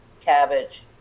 cabbage